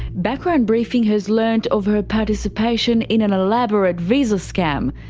background briefing has learnt of her participation in an elaborate visa scam,